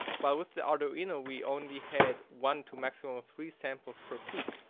while with the arduino we only had one to maximum three samples per peak.